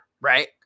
right